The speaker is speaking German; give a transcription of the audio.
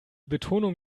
betonung